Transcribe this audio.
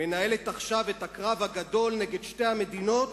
מנהלת עכשיו את הקרב הגדול נגד שתי המדינות.